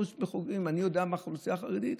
אני יודע מהאוכלוסייה החרדית: